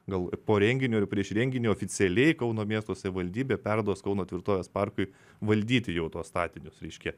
gal po renginio prieš renginį oficialiai kauno miesto savivaldybė perduos kauno tvirtovės parkui valdyti jau tuos statinius reiškia